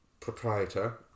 proprietor